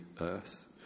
earth